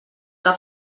que